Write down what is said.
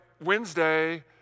Wednesday